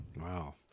Wow